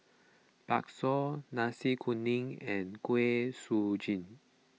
Bakso Nasi Kuning and Kuih Suji